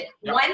one